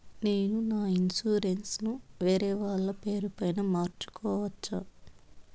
నేను నా ఇన్సూరెన్సు ను వేరేవాళ్ల పేరుపై మార్సుకోవచ్చా?